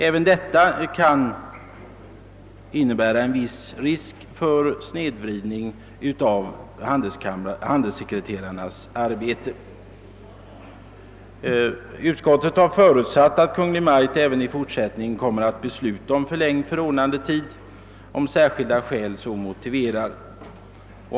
Även detta kan innebära en viss risk för snedvridning av handelssekreterarens arbete. Utskottet har förutsatt att Kungl. Maj:t även i fortsättningen kommer att besluta om förlängd förordnandetid, om särskilda skäl så motiverar.